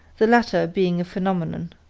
the latter being a phenomenon.